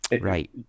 Right